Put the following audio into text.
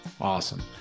awesome